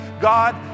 God